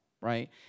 right